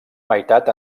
meitat